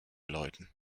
läuten